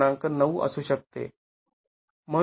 ९ असू शकते